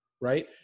right